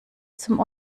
zum